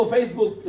Facebook